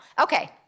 okay